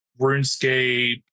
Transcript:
RuneScape